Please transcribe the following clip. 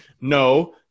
No